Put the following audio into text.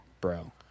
bro